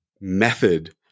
method